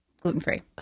gluten-free